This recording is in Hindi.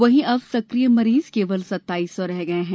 वहीं अब सकिय मरीज केवल सत्ताई सौ रह गये हैं